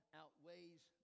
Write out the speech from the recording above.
outweighs